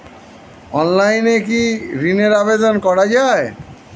অনলাইনে কি ঋণের আবেদন করা যায়?